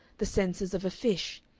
the senses of a fish,